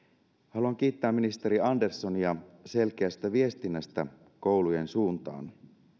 haluan kiittää ministeri anderssonia selkeästä viestinnästä koulujen suuntaan